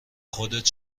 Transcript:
خودت